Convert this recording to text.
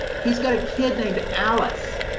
he's got a kid named alice,